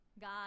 God